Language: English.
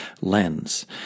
lens